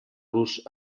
los